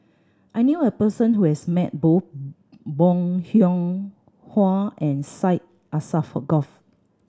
I knew a person who has met both Bong Hiong Hwa and Syed Alsagoff